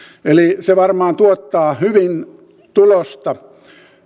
eli tämä esitys varmaan tuottaa hyvin tulosta